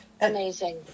amazing